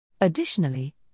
Additionally